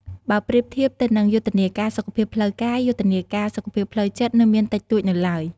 បើប្រៀបធៀបទៅនឹងយុទ្ធនាការសុខភាពផ្លូវកាយ យុទ្ធនាការសុខភាពផ្លូវចិត្តនៅមានតិចតួចនៅឡើយ។